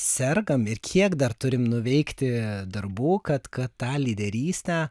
sergam ir kiek dar turim nuveikti darbų kad kad tą lyderystę